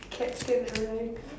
captain-America